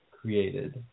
created